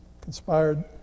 conspired